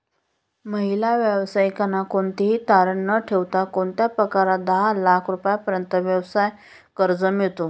महिला व्यावसायिकांना कोणतेही तारण न ठेवता कोणत्या प्रकारात दहा लाख रुपयांपर्यंतचे व्यवसाय कर्ज मिळतो?